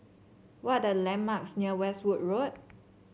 what are the landmarks near Westwood Road